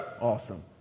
Awesome